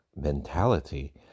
mentality